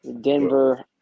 Denver